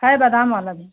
है बादाम बाला भी